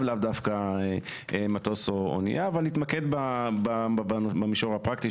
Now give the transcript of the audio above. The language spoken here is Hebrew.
לאו דווקא מטוס או אונייה אבל נתמקד במישור הפרקטי